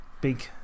big